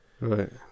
Right